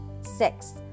six